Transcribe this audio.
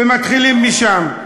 ומתחילים משם.